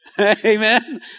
Amen